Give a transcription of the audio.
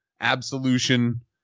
absolution